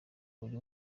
buri